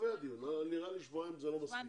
נראה לי ששבועיים לא מספיקים.